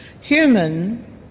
Human